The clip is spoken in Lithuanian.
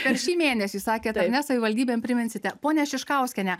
per šį mėnesį sakėt ar ne savivaldybėm priminsite ponia šiškauskiene